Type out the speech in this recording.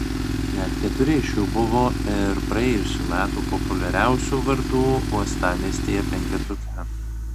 net keturi iš jų buvo ir praėjusių metų populiariausių vardų uostamiestyje penketuke